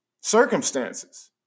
circumstances